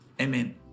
Amen